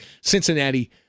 Cincinnati